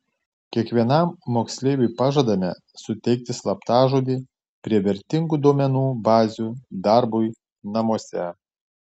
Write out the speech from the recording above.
kiekvienam moksleiviui pažadame suteikti slaptažodį prie vertingų duomenų bazių darbui namuose